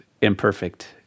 imperfect